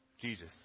Jesus